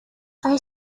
are